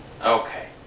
Okay